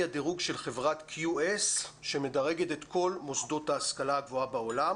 הדירוג של חברת QS שמדרגת את כל מוסדות ההשכלה הגבוהה בעולם.